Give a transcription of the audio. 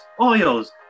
oils